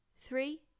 three